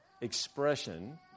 expression